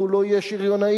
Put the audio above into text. והוא לא יהיה שריונאי,